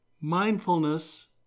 mindfulness